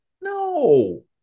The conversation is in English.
No